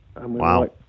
Wow